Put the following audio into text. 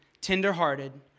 tenderhearted